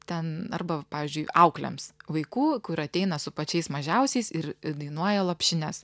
ten arba pavyzdžiui auklėms vaikų kur ateina su pačiais mažiausiais ir dainuoja lopšines